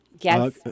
Yes